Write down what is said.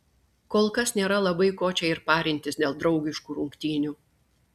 kolkas nėra labai ko čia ir parintis dėl draugiškų rungtynių